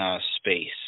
space